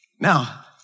Now